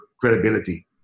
credibility